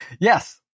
Yes